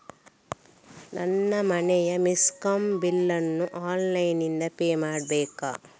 ನನ್ನ ಮನೆಯ ಮೆಸ್ಕಾಂ ಬಿಲ್ ಅನ್ನು ಆನ್ಲೈನ್ ಇಂದ ಪೇ ಮಾಡ್ಬೇಕಾ?